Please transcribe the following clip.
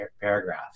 paragraph